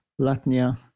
Latnia